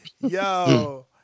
Yo